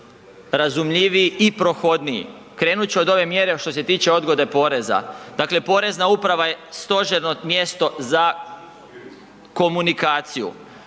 razumljiviji i prohodniji. Krenut ću od ove mjere što se tiče odgode poreza. Dakle, Porezna uprava je stožerno mjesto za komunikaciju,